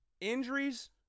injuries